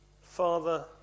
Father